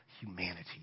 humanity